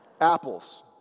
Apples